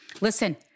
Listen